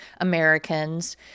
Americans